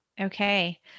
okay